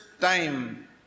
time